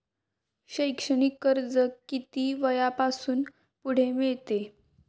शैक्षणिक कर्ज किती वयापासून पुढे मिळते?